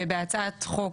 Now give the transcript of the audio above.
ובהצעת החוק,